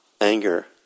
Anger